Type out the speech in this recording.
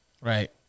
Right